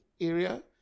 area